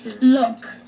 Look